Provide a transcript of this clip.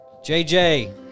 JJ